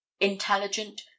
intelligent